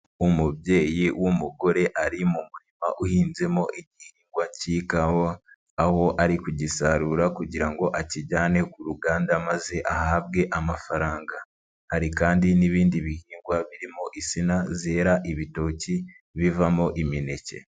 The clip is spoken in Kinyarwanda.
Umubyeyi w'umugore ari mu murima uhinzemo igihingwa cy'ikawa, aho ari kugisarura kugira ngo akijyane ku ruganda maze ahabwe amafaranga, hari kandi n'ibindi bihingwa birimo insina zera ibitoki bivamo imineke.